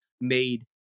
made